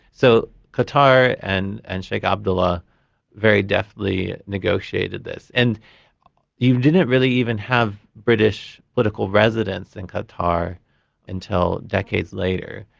so qatar and and sheikh abdullah very deftly negotiated this. and you didn't really even have british political residence in and qatar until decades later,